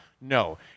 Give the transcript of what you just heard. No